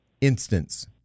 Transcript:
instance